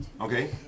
okay